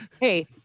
Hey